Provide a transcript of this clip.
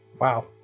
wow